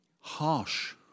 harsh